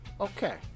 Okay